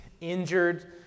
injured